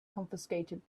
confiscated